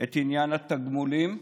את עניין התגמולים לכולם,